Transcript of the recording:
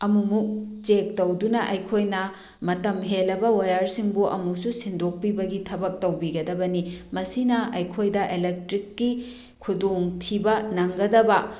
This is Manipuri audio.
ꯑꯃꯨꯃꯨꯛ ꯆꯦꯛ ꯇꯧꯗꯨꯅ ꯑꯩꯈꯣꯏꯅ ꯃꯇꯝ ꯍꯦꯜꯂꯒ ꯋꯥꯌꯔꯁꯤꯡꯕꯨ ꯑꯃꯨꯛꯁꯨ ꯁꯤꯟꯗꯣꯛꯄꯤꯕꯒꯤ ꯊꯕꯛ ꯇꯧꯕꯤꯒꯗꯕꯅꯤ ꯃꯁꯤꯅ ꯑꯩꯈꯣꯏꯗ ꯏꯂꯦꯛꯇ꯭ꯔꯤꯛꯀꯤ ꯈꯨꯗꯣꯡ ꯊꯤꯕ ꯅꯪꯒꯗꯕ